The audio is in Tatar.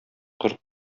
корт